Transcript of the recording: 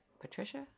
patricia